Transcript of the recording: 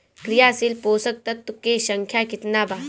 क्रियाशील पोषक तत्व के संख्या कितना बा?